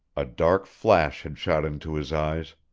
a dark flash had shot into his eyes.